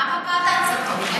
מה מטרת ההצתות?